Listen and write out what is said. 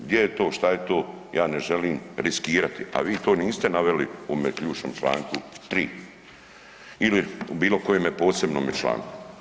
Gdje je to, šta je to, ja ne želim riskirati a vi to niste naveli u ovome ključnom članku 3. ili u bilokojemu posebnome članku.